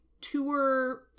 tour